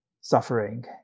suffering